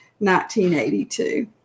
1982